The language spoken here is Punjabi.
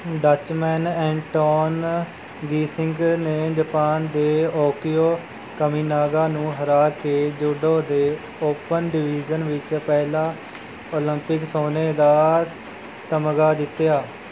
ਡੱਚਮੈਨ ਐਂਟੋਨ ਗੀਸਿੰਕ ਨੇ ਜਾਪਾਨ ਦੇ ਓਕੀਓ ਕਮੀਨਾਗਾ ਨੂੰ ਹਰਾ ਕੇ ਜੂਡੋ ਦੇ ਓਪਨ ਡਿਵੀਜ਼ਨ ਵਿੱਚ ਪਹਿਲਾ ਓਲੰਪਿਕ ਸੋਨੇ ਦਾ ਤਮਗਾ ਜਿੱਤਿਆ